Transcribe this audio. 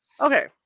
Okay